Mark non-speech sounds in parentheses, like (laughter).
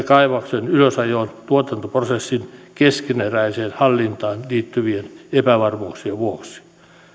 (unintelligible) kaivoksen ylösajoon ja tuotantoprosessin keskeneräiseen hallintaan liittyvien epävarmuuksien vuoksi